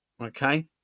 okay